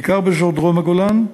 בעיקר באזור דרום הגולן,